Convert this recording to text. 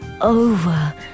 over